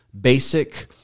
basic